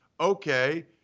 okay